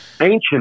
Ancient